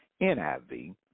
NIV